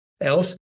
else